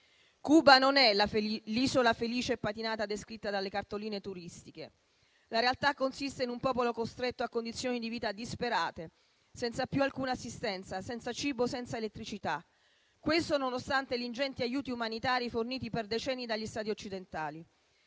Cuba non è l'isola felice e patinata descritta dalle cartoline turistiche. La realtà consiste in un popolo costretto a condizioni di vita disperate, senza più alcuna assistenza, senza cibo, senza elettricità. Questo nonostante gli ingenti aiuti umanitari forniti per decenni dagli Stati occidentali.